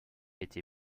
été